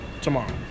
tomorrow